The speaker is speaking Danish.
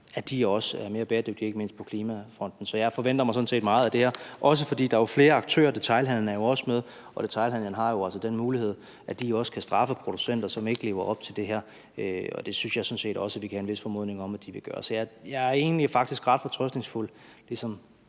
spiser, også er mere bæredygtige, ikke mindst på klimafronten. Så jeg forventer mig sådan set meget af det her, også fordi der jo er flere aktører. Detailhandelen er jo også med, og detailhandelen har altså den mulighed, at de også kan straffe producenter, som ikke lever op til det her. Det synes jeg sådan set også vi kan have en vis formodning om de vil gøre. Så jeg er egentlig ret fortrøstningsfuld